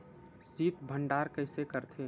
शीत भंडारण कइसे करथे?